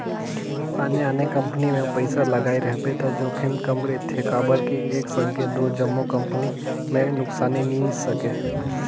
आने आने कंपनी मे पइसा लगाए रहिबे त जोखिम कम रिथे काबर कि एक संघे दो जम्मो कंपनी में नुकसानी नी सके